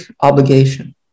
obligation